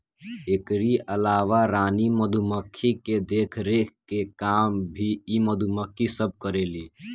एकरी अलावा रानी मधुमक्खी के देखरेख के काम भी इ मधुमक्खी सब करेली